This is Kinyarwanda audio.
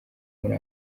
muri